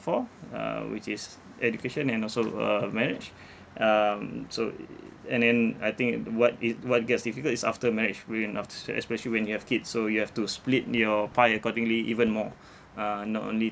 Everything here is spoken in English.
for uh which is education and also uh marriage um so and then I think it what it what gets difficult is after marriage bringing up the shares especially when you have kids so you have to split your pie accordingly even more uh not only